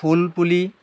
ফুলপুলি